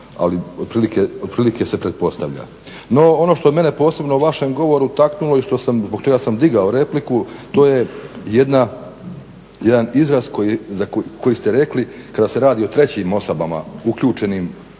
ali otprilike se pretpostavlja. No ono što mene posebno u vašem govoru taknulo i zbog čega sam digao repliku, to je jedan izraz koji ste rekli kada se radi o trećim osobama uključenim